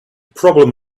problem